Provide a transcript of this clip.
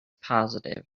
positive